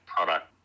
product